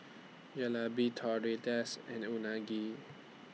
Jalebi Tortillas and Unagi